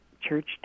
church